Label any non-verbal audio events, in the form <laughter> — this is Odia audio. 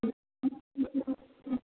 <unintelligible>